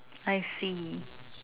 I see